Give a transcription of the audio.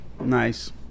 Nice